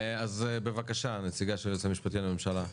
אז בבקשה, הנציגה של היועץ המשפטי לממשלה.